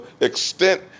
extent